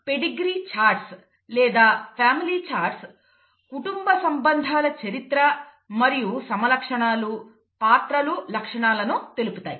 pedigree charts లేదా family charts కుటుంబసంబంధాల చరిత్ర మరియు సమలక్షణాలు పాత్రలు లక్షణాలను తెలుపుతాయి